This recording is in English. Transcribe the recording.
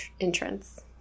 entrance